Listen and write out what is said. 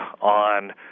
on